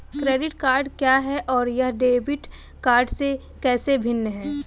Credit card क्या है और यह डेबिट कार्ड से कैसे भिन्न है?